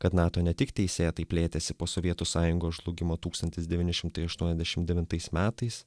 kad nato ne tik teisėtai plėtėsi po sovietų sąjungos žlugimo tūkstantis devyni šimtai aštuoniasdešim devintais metais